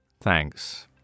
Thanks